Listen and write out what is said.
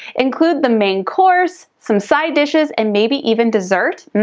include the main course, some side dishes, and maybe even dessert.